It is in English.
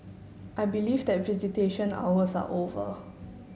I believe that visitation hours are over